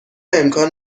امکان